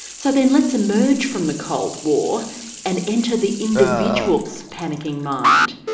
so then let's emerge from the cold war and enter the individual's panicking mind.